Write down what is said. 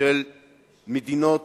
של מדינות